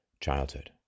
childhood